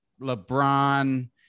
LeBron